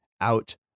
out